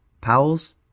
Powell's